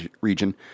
region